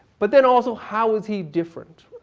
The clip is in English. but then also, how is he different?